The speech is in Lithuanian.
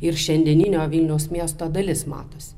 ir šiandieninio vilniaus miesto dalis matos